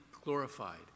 glorified